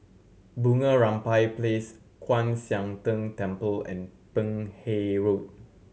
Bunga Rampai Place Kwan Siang Tng Temple and Peck Hay Road